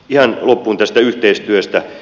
ihan loppuun tästä yhteistyöstä